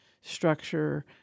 structure